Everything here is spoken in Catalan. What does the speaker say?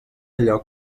allò